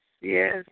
yes